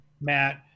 Matt